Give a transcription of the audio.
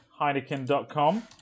Heineken.com